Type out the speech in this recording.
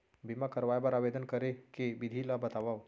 बीमा करवाय बर आवेदन करे के विधि ल बतावव?